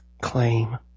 claim